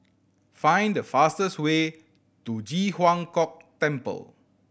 find the fastest way to Ji Huang Kok Temple